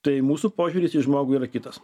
tai mūsų požiūris į žmogų yra kitas